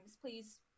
Please